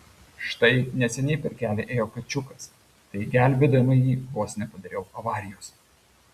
štai neseniai per kelią ėjo kačiukas tai gelbėdama jį vos nepadariau avarijos